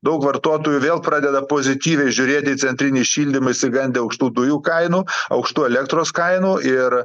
daug vartotojų vėl pradeda pozityviai žiūrėti į centrinį šildymą išsigandę aukštų dujų kainų aukštų elektros kainų ir